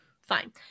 fine